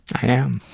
i am.